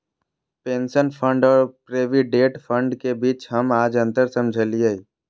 pension fund और provident fund के बीच हम आज अंतर समझलियै